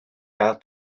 gael